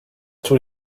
tous